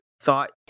thought